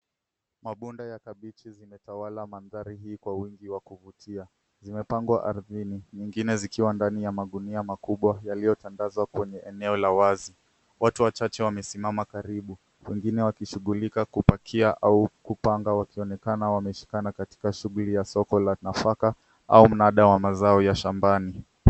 Mabunda ya kabichi zimetawala mandhari hii kwa wingi wa kuvutia. Zimepangwa ardhini, mengine zikiwa ndani ya magunia makubwa yaliyotandazwa kwenye eneo la wazi. Watu wachache wamesimama karibu, wengine wakishughulika kupakia au kupanga, wakionekana wameshikana katika shughuli ya soko la nafaka au mnada wa mazao ya shambani.